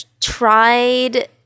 tried